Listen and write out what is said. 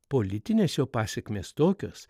politinės jo pasekmės tokios